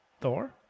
Thor